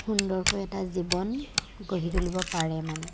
সুন্দৰকৈ এটা জীৱন গঢ়ি তুলিব পাৰে মানে